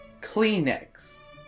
Kleenex